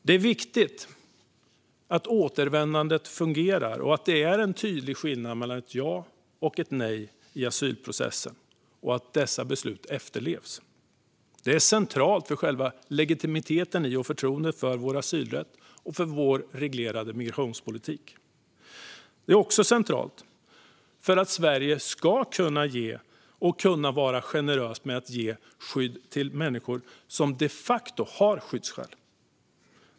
Det är viktigt att återvändandet fungerar, att det är en tydlig skillnad mellan ett ja och ett nej i asylprocessen och att dessa beslut efterlevs. Det är centralt för själva legitimiteten i och förtroendet för vår asylrätt och för vår reglerade migrationspolitik. Det är också centralt för att vi i Sverige ska kunna vara generösa med att ge skydd till människor som de facto har skyddsskäl.